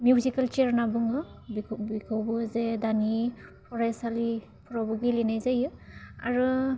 musical सियार होन्ना बुङो बेखौ बेखौबो जे दानि फरायसालिफ्रावबो गेलेनाय जायो आरो